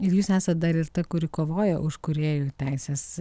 ir jūs nesat dar ir ta kuri kovoja už kūrėjų teises